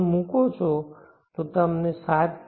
1 મુકો છો તો તમને 7